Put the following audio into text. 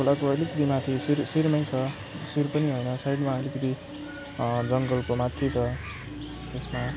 खोलाको अलिकति माथि शिरमै छ शिर पनि होइन साइडमा अलिकिति जङ्गलको माथि छ यसमा